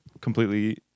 completely